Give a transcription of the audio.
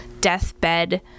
deathbed